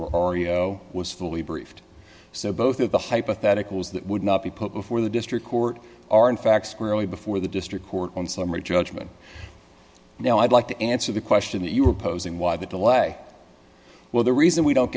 was fully briefed so both of the hypotheticals that would not be put before the district court are in fact squarely before the district court on summary judgment now i'd like to answer the question that you were posing why the delay well the reason we don't